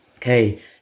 Okay